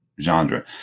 genre